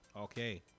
Okay